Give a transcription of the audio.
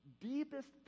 deepest